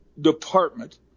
department